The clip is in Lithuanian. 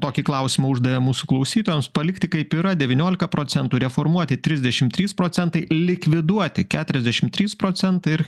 tokį klausimą uždavėm mūsų klausytojams palikti kaip yra devyniolika procentų reformuoti trisdešim trys procentai likviduoti keturiasdešim trys procentai ir